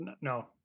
No